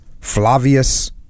Flavius